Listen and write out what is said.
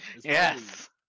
Yes